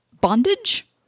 bondage